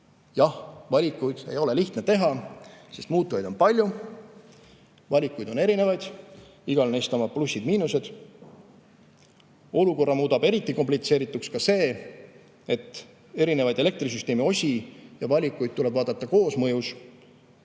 Jah, valikuid ei ole lihtne teha, sest muutujaid on palju. Valikuid on erinevaid, igal neist oma plussid-miinused. Olukorra muudab eriti komplitseerituks see, et erinevaid elektrisüsteemi osi ja valikuid tuleb vaadata koosmõjus.